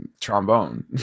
trombone